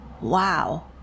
wow